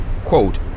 quote